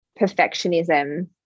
perfectionism